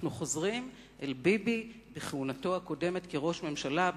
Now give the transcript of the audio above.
אנחנו חוזרים אל ביבי בכהונתו הקודמת כראש ממשלה,